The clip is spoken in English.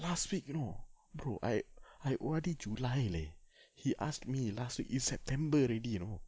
last week you know bro I I O_R_D july leh he asked me last week is september already you know